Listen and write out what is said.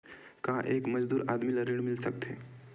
का एक मजदूर आदमी ल ऋण मिल सकथे?